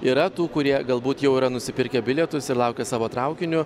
yra tų kurie galbūt jau yra nusipirkę bilietus ir laukia savo traukiniu